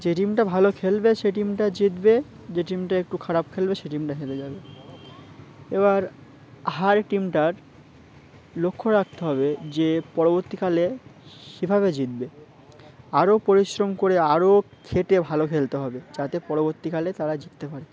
যে টিমটা ভালো খেলবে সেই টিমটা জিতবে যে টিমটা একটু খারাপ খেলবে সে টিমটা হেরে যাবে এবার হার টিমটার লক্ষ্য রাখতে হবে যে পরবর্তীকালে কীভাবে জিতবে আরও পরিশ্রম করে আরও খেটে ভালো খেলতে হবে যাতে পরবর্তীকালে তারা জিততে পারে